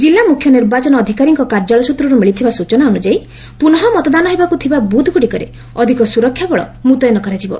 ଜିଲ୍ଲା ମୁଖ୍ୟ ନିର୍ବାଚନ ଅଧିକାରୀଙ୍କ କାର୍ଯ୍ୟାଳୟ ସ୍ଚତ୍ରରୁ ମିଳିଥିବା ସ୍ୱଚନା ଅନୁଯାୟୀ ପୁନଃ ମତଦାନ ହେବାକୁ ଥିବା ବୃଥ୍ଗୁଡ଼ିକରେ ଅଧିକ ସ୍ୱରକ୍ଷା ବଳ ମ୍ରତୟନ କରାଯିବ